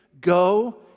go